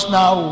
now